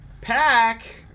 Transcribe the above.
Pack